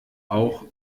auch